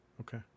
Okay